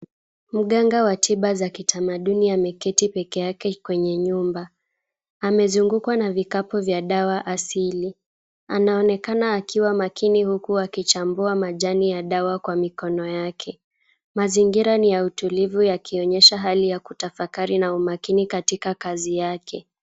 Mganga wa tiba za kitamaduni ameketi pekee yake kwenye nyumba. Amezungukwa na vikapu vya dawa asili, anaonekana akiwa makini huku akichambua majani ya dawa kwa mikono yake. Mazingira ni ya utulivu yakionyesha hali ya kutafakari na umakini katika kazi yake.